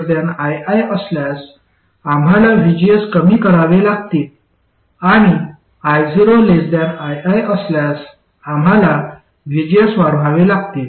आणि जर io ii असल्यास आम्हाला vgs कमी करावे लागतील आणि io ii असल्यास आम्हाला vgs वाढवावे लागतील